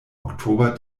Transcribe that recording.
oktober